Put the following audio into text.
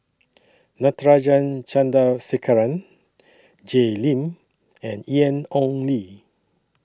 Natarajan Chandrasekaran Jay Lim and Ian Ong Li